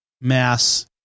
mass